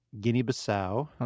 Guinea-Bissau